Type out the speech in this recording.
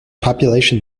population